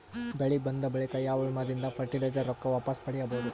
ಬೆಳಿ ಬಂದ ಬಳಿಕ ಯಾವ ವಿಮಾ ದಿಂದ ಫರಟಿಲೈಜರ ರೊಕ್ಕ ವಾಪಸ್ ಪಡಿಬಹುದು?